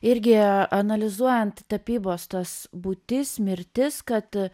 irgi analizuojant tapybos tas būtis mirtis kad